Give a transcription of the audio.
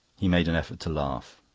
he made an effort to laugh.